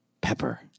pepper